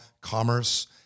commerce